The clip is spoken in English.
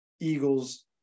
Eagles